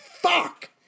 fuck